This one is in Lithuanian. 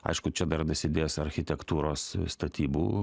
aišku čia dar dasidės architektūros statybų